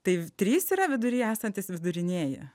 tai trys yra vidury esantys vidurinieji